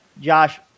josh